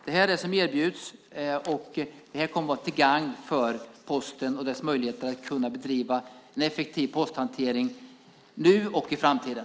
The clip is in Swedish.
Det är det här som erbjuds, och det kommer att vara till gagn för Posten och dess möjligheter att bedriva en effektiv posthantering nu och i framtiden.